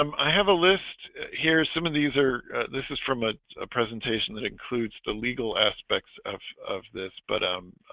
um i have a list here some of these are this is from ah a presentation that includes the legal aspects of of this but um